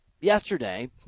yesterday